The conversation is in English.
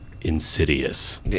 Insidious